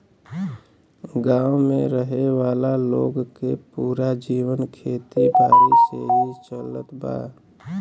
गांव में रहे वाला लोग के पूरा जीवन खेती बारी से ही चलत बा